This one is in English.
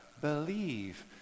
believe